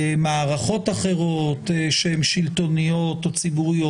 במערכות אחרות שהן שלטוניות או ציבוריות,